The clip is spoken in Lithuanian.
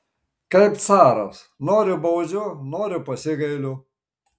kaip caras noriu baudžiu noriu pasigailiu